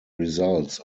results